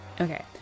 Okay